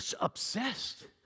obsessed